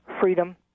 freedom